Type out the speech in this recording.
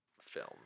film